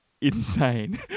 Insane